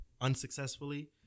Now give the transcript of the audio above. unsuccessfully